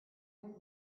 your